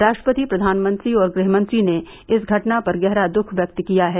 राष्ट्रपति प्रधानमंत्री और गृहमंत्री ने इस घटना पर गहरा दृःख व्यक्त किया है